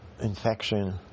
infection